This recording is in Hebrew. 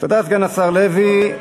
תודה, סגן השר לוי.